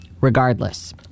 Regardless